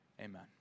Amen